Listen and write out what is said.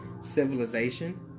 civilization